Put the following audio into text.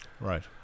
Right